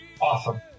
awesome